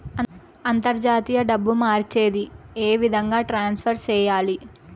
అంతర్జాతీయ డబ్బు మార్చేది? ఏ విధంగా ట్రాన్స్ఫర్ సేయాలి?